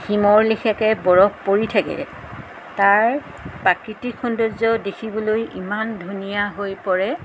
হিমৰ লিখিয়াকৈ বৰফ পৰি থাকে তাৰ প্ৰাকৃতিক সৌন্দৰ্য দেখিবলৈ ইমান ধুনীয়া হৈ পৰে